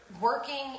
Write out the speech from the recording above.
Working